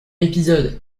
épisode